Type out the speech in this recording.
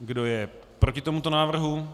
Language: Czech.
Kdo je proti tomuto návrhu?